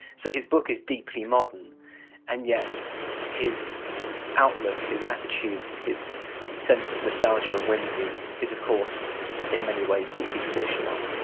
so his book is deeply modern and yet his outlook, his attitudes, his sense of nostalgia and whimsy is of course in many ways deeply traditional.